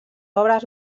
obres